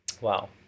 wow